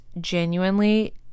genuinely